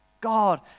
god